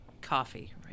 coffee